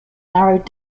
narrowed